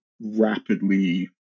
rapidly